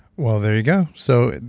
well, there you go. so,